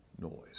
noise